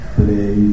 play